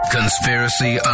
Conspiracy